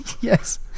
yes